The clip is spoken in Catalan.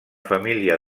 família